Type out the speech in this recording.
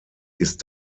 ist